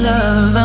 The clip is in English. Love